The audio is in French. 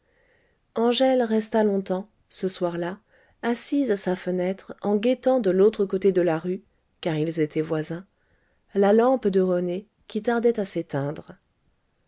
angèle resta longtemps ce soir-là assise à sa fenêtre en guettant de l'autre côté de la rue car ils étaient voisins la lampe de rené qui tardait à s'éteindre